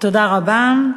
תודה רבה.